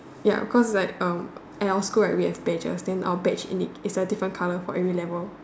ya cause like um at our school right we have badges then our batch in it is a different colour for every level